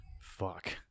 Fuck